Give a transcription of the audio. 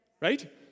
Right